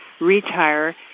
retire